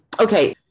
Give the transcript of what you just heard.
Okay